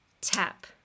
tap